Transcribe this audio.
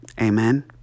Amen